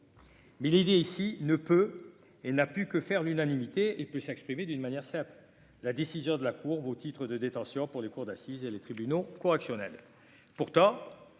mais idée ici ne peut et n'a pu que faire l'unanimité et peut s'exprimer d'une manière certes la décision de la Cour vos titres de détention pour les cours d'assises et les tribunaux correctionnels